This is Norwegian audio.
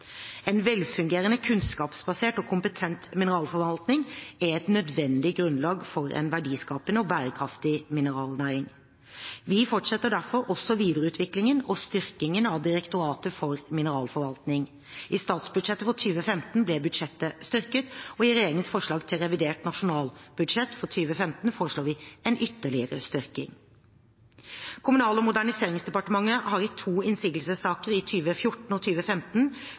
En velfungerende, kunnskapsbasert og kompetent mineralforvaltning er et nødvendig grunnlag for en verdiskapende og bærekraftig mineralnæring. Vi fortsetter derfor også videreutviklingen og styrkingen av Direktoratet for mineralforvaltning. I statsbudsjettet for 2015 ble budsjettet styrket, og i regjeringens forslag til revidert nasjonalbudsjett for 2015 foreslår vi en ytterligere styrking. Kommunal- og moderniseringsdepartementet har i to innsigelsessaker i 2014 og